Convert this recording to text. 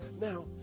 Now